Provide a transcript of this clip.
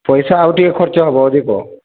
ପଇସା ଆଉ ଟିକେ ଖର୍ଚ୍ଚ ହେବ ଅଧିକ